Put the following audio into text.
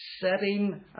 setting